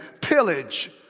pillage